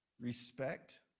respect